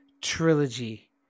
trilogy